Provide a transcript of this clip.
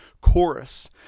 chorus